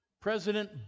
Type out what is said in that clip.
President